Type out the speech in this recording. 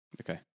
Okay